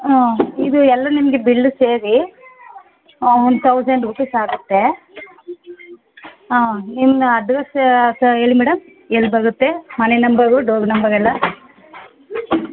ಹಾಂ ಇದು ಎಲ್ಲ ನಿಮಗೆ ಬಿಲ್ಲು ಸೇರಿ ಒನ್ ತೌಸಂಡ್ ರೂಪಿಸಾಗುತ್ತೆ ಹಾಂ ನಿಮ್ಮನ್ನ ಅಡ್ರೆಸ್ಸಾ ಸಹ ಹೇಳಿ ಮೇಡಮ್ ಎಲ್ಲಿ ಬರುತ್ತೆ ಮನೆ ನಂಬರು ಡೋರ್ ನಂಬರೆಲ್ಲ